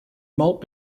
malt